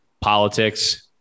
politics